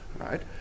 right